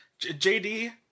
JD